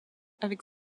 avec